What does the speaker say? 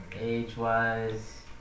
age-wise